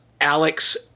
Alex